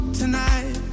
Tonight